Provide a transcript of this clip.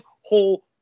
whole